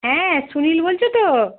হ্যাঁ সুনীল বলছো তো